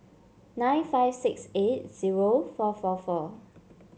nine five six eight zero four four four